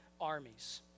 armies